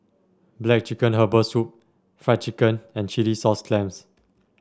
black chicken Herbal Soup Fried Chicken and Chilli Sauce Clams